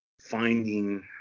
finding